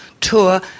tour